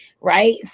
right